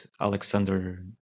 Alexander